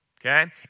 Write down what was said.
Okay